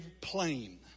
plain